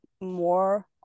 more